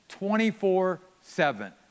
24-7